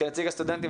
כנציג הסטודנטים,